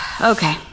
Okay